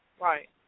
right